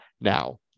Now